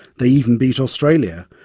they even beat australia.